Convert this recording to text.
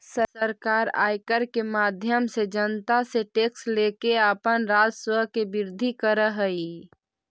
सरकार आयकर के माध्यम से जनता से टैक्स लेके अपन राजस्व के वृद्धि करऽ हई